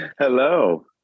Hello